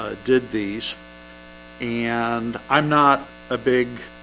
ah did these and i'm not a big